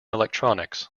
electronics